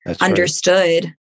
understood